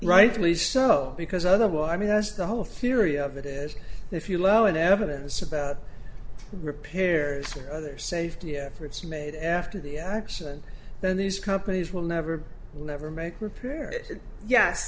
rightly so because otherwise i mean that's the whole theory of it is if you lower the evidence about repairs or other safety efforts made after the action then these companies will never never make repair it yes